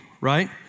right